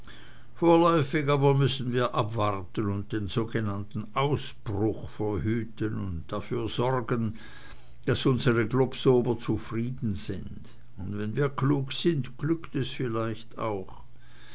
aber müssen wir abwarten und den sogenannten ausbruch verhüten und dafür sorgen daß unsere globsower zufrieden sind und wenn wir klug sind glückt es vielleicht auch